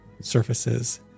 surfaces